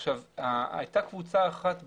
היתה קבוצה אחת בודדת,